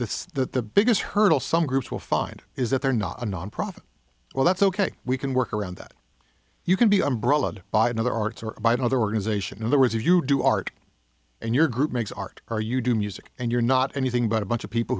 this that the biggest hurdle some groups will find is that they're not a nonprofit well that's ok we can work around that you can be umbrella by another arts or by other organization in other words if you do art and your group makes art or you do music and you're not anything but a bunch of people